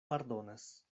pardonas